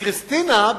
לכריסטינה,